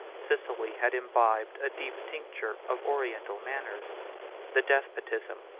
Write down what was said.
sicily had imbibed a deep tincture of oriental manners the despotism,